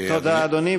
תודה, אדוני.